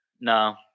No